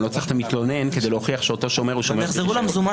אני לא צריך את המתלונן כדי להוכיח שאותו שומר או שומרת ---.